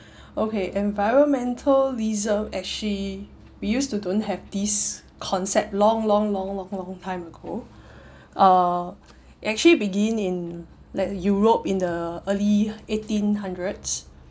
okay environmentalism actually we used to don't have this concept long long long long long time ago uh actually begin in like europe in the early eighteen hundreds